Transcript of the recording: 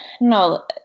no